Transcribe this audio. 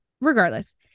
Regardless